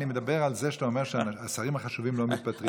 אני מדבר על זה שאתה אומר שהשרים החשובים לא מתפטרים.